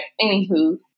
anywho